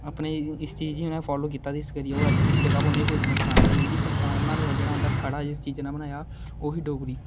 अपने इस चीज गी उनें फालो कीता ते इस करियै ओह अज्ज इस जगह उपर पछान बनाई उंदी पंछान बनाने दा जेहड़ा उंदा थड़ा ऐ जिस चीजा ने बनाया ओह ही डोगरी